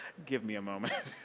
give me a moment.